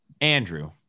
Andrew